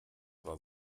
war